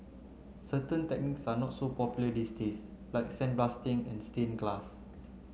certain techniques are not so popular these days like sandblasting and stain glass